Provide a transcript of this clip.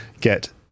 get